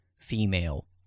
female